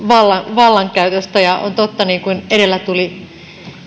vallankäytöstä ja on totta niin kuin edellä tuli